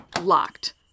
Locked